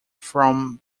from